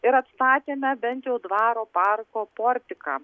ir atstatėme bent jau dvaro parko portiką